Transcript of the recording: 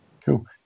Cool